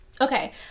Okay